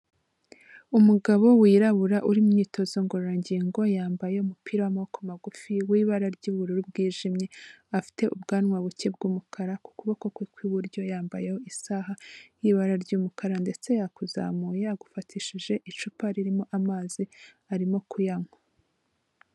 Umugabo wirabura uri mu myitozo ngororangingo yambaye umupira w'amaguru magufi w'ibara ry'ubururu bwijimye, afite ubwanwa buke bw'umukara ku kuboko kwe kw'iburyo yambaye isaha y'ibara ry'umukara ndetse yakuzamuye agufatishije icupa ririmo amazi arimo kuyanywa.